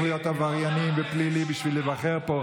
להיות עבריינים ופליליים בשביל להיבחר פה,